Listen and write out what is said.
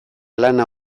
lana